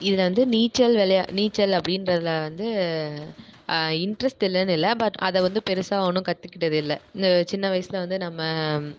இது வந்து நீச்சல் விளை நீச்சல் அப்படின்றதுல வந்து இன்ட்ரெஸ்ட் இல்லைனு இல்லை பட் அதை வந்து பெருசாக ஒன்று கற்றுகிட்டது இல்லை இந்த சின்ன வயசில் வந்து நம்ம